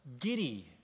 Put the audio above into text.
giddy